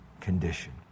condition